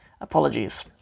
apologies